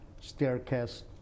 staircase